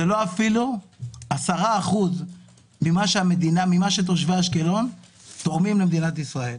זה אפילו לא 10% ממה שתושבי אשקלון תורמים למדינת ישראל.